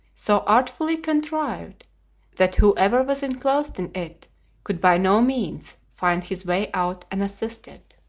so artfully contrived that whoever was enclosed in it could by no means, find his way out unassisted.